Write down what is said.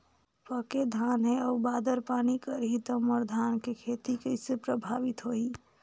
पके धान हे अउ बादर पानी करही त मोर धान के खेती कइसे प्रभावित होही?